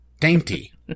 Dainty